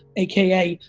a k a,